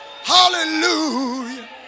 Hallelujah